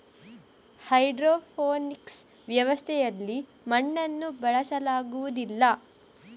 hydroponics ವ್ಯವಸ್ಥೆಯಲ್ಲಿ ಮಣ್ಣನ್ನು ಬಳಸಲಾಗುವುದಿಲ್ಲ